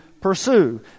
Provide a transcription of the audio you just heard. pursue